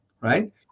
right